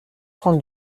prendre